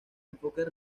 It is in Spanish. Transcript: enfoques